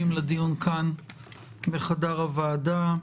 ברוכים המצטרפות והמצטרפים לדיון כאן בחדר הוועדה.